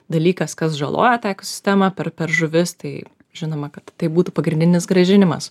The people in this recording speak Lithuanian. dalykas kas žaloja tą ekosistemą per per žuvis tai žinoma kad tai būtų pagrindinis grąžinimas